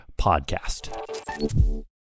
podcast